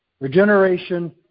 Regeneration